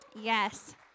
Yes